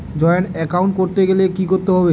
Joint account করতে গেলে কি করতে হবে?